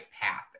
path